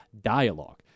dialogue